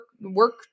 work